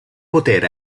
poter